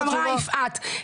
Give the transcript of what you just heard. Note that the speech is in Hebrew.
כמו שאמרה יפעת,